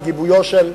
בגיבויו של,